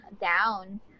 down